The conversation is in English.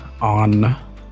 on